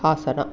Hassan